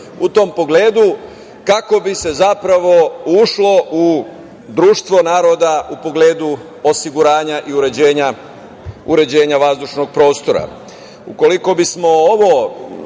u tom pogledu kako bi se zapravo ušlo u društvo naroda u pogledu osiguranja i uređenja vazdušnog prostora. Ukoliko